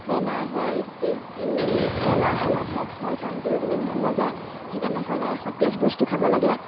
বেমাৰ হয় এলাহ এলাহ ভাৱ হয় কাম কৰিবলৈ মন নাযায় সেইকাৰণে সদায় সতেজ বস্তু খাব লাগে